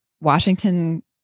Washington